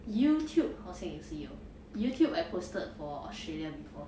youtube 好像也是有 youtube I posted for australia before